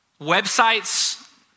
websites